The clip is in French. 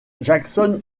jackson